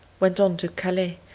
went on to calais,